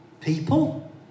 people